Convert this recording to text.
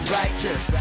righteous